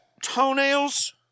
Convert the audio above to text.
Toenails